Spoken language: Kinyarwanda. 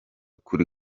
kuri